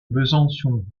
besançon